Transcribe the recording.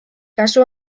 kasu